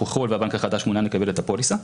ככל שהבנק החדש מעוניין לקבל את הפוליסה.